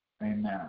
Amen